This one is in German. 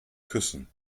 küssen